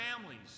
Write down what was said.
families